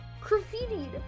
graffitied